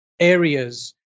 areas